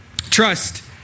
Trust